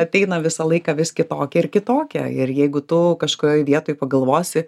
ateina visą laiką vis kitokie ir kitokie ir jeigu tu kažkurioj vietoj pagalvosi